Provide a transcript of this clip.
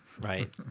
right